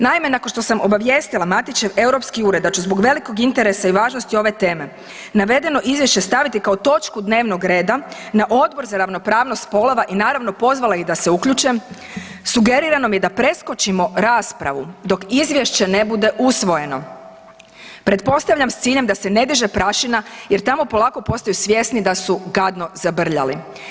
Naime, nakon što sam obavijestila Matićev europski ured da ću zbog velikog interesa i važnosti ove teme navedeno izvješće staviti kao točku dnevnog reda na Odbor za ravnopravnost spolova i naravno pozvala ih da se uključe, sugerirano mi je da preskočimo raspravu dok izvješće ne bude usvojeno, pretpostavljam s ciljem da se ne diže prašina jer tamo polako postaju svjesni da su gadno zabrljali.